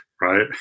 right